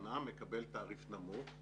לשנה מקבל תעריף נמוך.